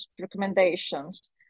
recommendations